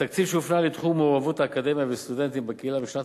התקציב שהופנה לתחום מעורבות אקדמיה וסטודנטים בקהילה בשנת